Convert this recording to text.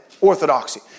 orthodoxy